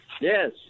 Yes